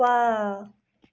ವಾಹ್